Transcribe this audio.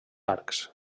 arcs